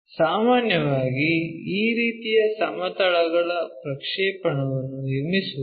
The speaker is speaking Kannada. ಸಾಮಾನ್ಯವಾಗಿ ಈ ರೀತಿಯ ಸಮತಲಗಳ ಪ್ರಕ್ಷೇಪಣವನ್ನು ನಿರ್ಮಿಸುವಾಗ